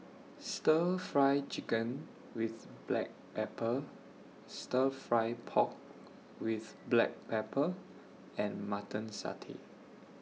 Stir Fry Chicken with Black Pepper Stir Fry Pork with Black Pepper and Mutton Satay